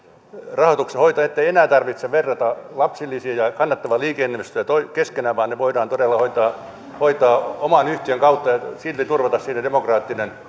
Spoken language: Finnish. rahoituksen hoitamaan ettei enää tarvitse verrata lapsilisiä ja kannattavia liikenneinvestointeja keskenään vaan ne voidaan todella hoitaa hoitaa oman yhtiön kautta ja silti turvata sille demokraattinen